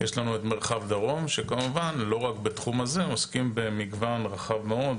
יש לנו את מרחב דרום שכמובן לא רק בתחום הזה עוסקים במגוון רחב מאוד,